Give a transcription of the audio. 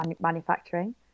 manufacturing